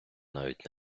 навіть